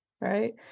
right